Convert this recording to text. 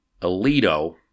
alito